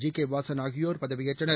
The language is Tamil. ஜிகேவாசன் ஆகியோர் பதவியேற்றனர்